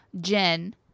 Jen